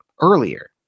earlier